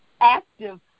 active